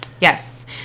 Yes